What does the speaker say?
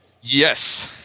yes